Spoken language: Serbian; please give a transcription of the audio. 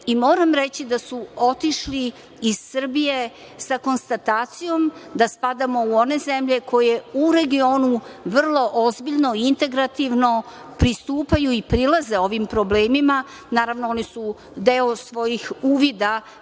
i moram reći da su otišli iz Srbije sa konstatacijom da spadamo u one zemlje koje u regionu vrlo ozbiljno i integrativno pristupaju i prilaze ovim problemima. Naravno, oni su deo svojih uvida